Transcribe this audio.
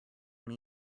when